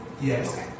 Yes